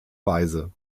weise